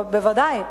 בוודאי.